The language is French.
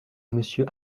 monsieur